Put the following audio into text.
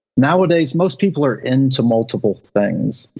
nowadays, most people are into multiple things.